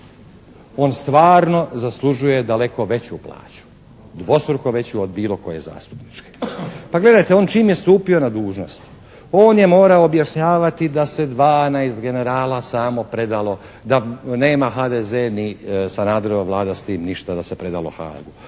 On stvarno zaslužuje daleko veću plaću, dvostruko veću od bilo koje zastupničke. Pa gledajte, on čim je stupio na dužnost on je morao objašnjavati da se 12 generala samo predalo, da nema HDZ ni Sanaderova Vlada s tim ništa, da se predalo Haagu.